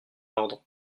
ordre